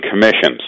commissions